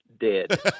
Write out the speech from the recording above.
dead